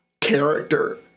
character